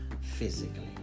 physically